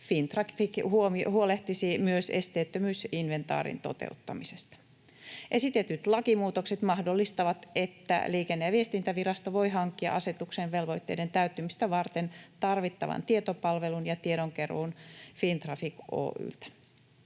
Fintraffic huolehtisi myös esteettömyysinventaarin toteuttamisesta. Esitetyt lakimuutokset mahdollistavat, että Liikenne- ja viestintävirasto voi hankkia asetuksen velvoitteiden täyttymistä varten tarvittavan tietopalvelun ja tiedonkeruun Fintraffic